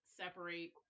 separate